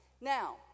Now